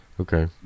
Okay